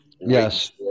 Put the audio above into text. Yes